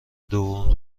دوم